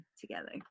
together